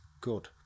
good